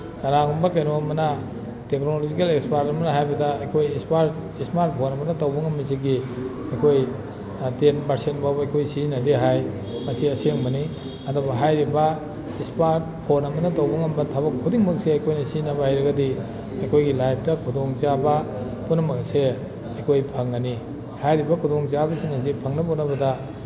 ꯀꯅꯥꯒꯨꯝꯕ ꯀꯩꯅꯣ ꯑꯃꯅ ꯇꯦꯛꯅꯣꯂꯣꯖꯤꯀꯦꯜ ꯑꯦꯛꯁꯄꯥꯔꯠ ꯑꯃꯅ ꯍꯥꯏꯕꯗ ꯑꯩꯈꯣꯏ ꯏꯁꯃꯥꯔꯠ ꯐꯣꯟ ꯑꯃꯒꯤ ꯇꯧꯕ ꯉꯝꯕꯁꯤꯒꯤ ꯑꯩꯈꯣꯏ ꯇꯦꯟ ꯄꯥꯔꯁꯦꯟ ꯐꯥꯎꯕ ꯑꯩꯈꯣꯏ ꯁꯤꯖꯤꯟꯅꯗꯦ ꯍꯥꯏ ꯃꯁꯤ ꯑꯁꯦꯡꯕꯅꯤ ꯑꯗꯨꯕꯨ ꯍꯥꯏꯔꯤꯕ ꯏꯁꯃꯥꯔꯠ ꯐꯣꯟ ꯑꯃꯅ ꯇꯧꯕ ꯉꯝꯕ ꯊꯕꯛ ꯈꯨꯗꯤꯡꯃꯛꯁꯦ ꯑꯩꯈꯣꯏ ꯁꯤꯖꯤꯟꯅꯕ ꯍꯩꯔꯒꯗꯤ ꯑꯩꯈꯣꯏꯒꯤ ꯂꯥꯏꯞꯇ ꯈꯨꯗꯣꯡꯆꯥꯕ ꯄꯨꯝꯅꯃꯛ ꯑꯁꯦ ꯑꯩꯈꯣꯏ ꯐꯪꯒꯅꯤ ꯍꯥꯏꯔꯤꯕ ꯈꯨꯗꯣꯡꯆꯥꯕꯁꯤꯡ ꯑꯁꯤ ꯐꯪꯅꯕ ꯍꯣꯠꯅꯕꯗ